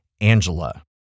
Angela